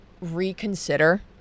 reconsider